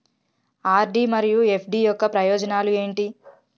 RD మరియు FD యొక్క ప్రయోజనాలు ఏంటి?